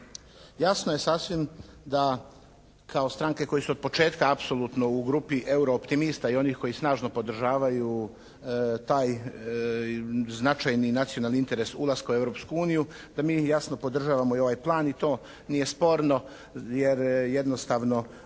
Jasno je sasvim da kao stranke koje su od početka apsolutno u grupi eurooptimista i onih koji snažno podržavaju taj značajni nacionalni interes ulaska u Europsku uniju da mi jasno podržavamo i ovaj plan, ni to nije sporno, jer jednostavno